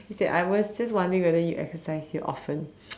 okay I was just wondering whether you exercise here often